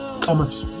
Thomas